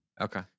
Okay